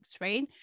right